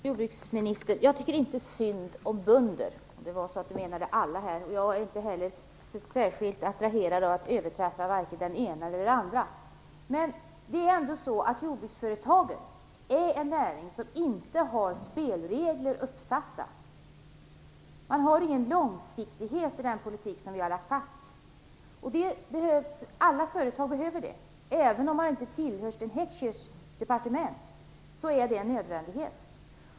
Herr talman! Jag tycker inte synd om bönder, om det var så att jordbruksministern menade alla. Jag är inte heller särskilt attraherad av att överträffa vare sig den ena eller den andra. Men det är ändå så att jordbruksföretagen är en näring som inte har spelregler uppsatta. Det finns ingen långsiktighet i den politik som vi har lagt fast. Alla företag behöver en långsiktighet. Även om de inte lyder under Sten Heckschers departement så är det en nödvändighet.